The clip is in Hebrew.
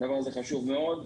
הדבר הזה חשוב מאוד,